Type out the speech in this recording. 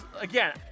again